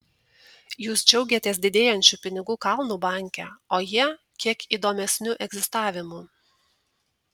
jūs džiaugiatės didėjančiu pinigų kalnu banke o jie kiek įdomesniu egzistavimu